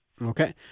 Okay